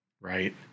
right